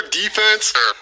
defense